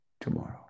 tomorrow